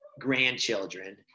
grandchildren